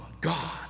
god